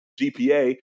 GPA